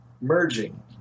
merging